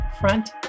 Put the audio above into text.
Front